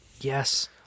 Yes